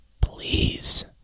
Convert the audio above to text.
please